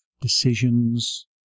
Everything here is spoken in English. decisions